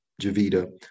Javita